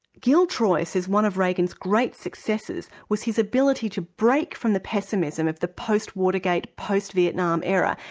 gil troy says one of reagan's great successes was his ability to break from the pessimism of the post-watergate, post-vietnam era,